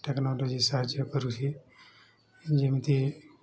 technology ସାହାଯ୍ୟ କରୁଛି ଯେମିତି